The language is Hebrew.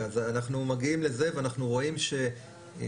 אנחנו מגיעים לזה ואנחנו רואים שהמודל